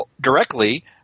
directly